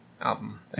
album